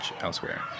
elsewhere